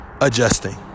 adjusting